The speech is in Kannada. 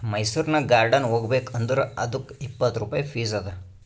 ಮೈಸೂರನಾಗ್ ಗಾರ್ಡನ್ ಹೋಗಬೇಕ್ ಅಂದುರ್ ಅದ್ದುಕ್ ಇಪ್ಪತ್ ರುಪಾಯಿ ಫೀಸ್ ಅದಾ